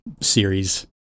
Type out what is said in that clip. series